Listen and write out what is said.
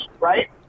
right